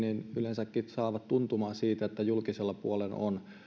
yleensäkin saavat tuntumaa siitä että julkisella puolella on saatavissa